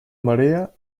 marea